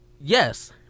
Yes